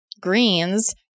greens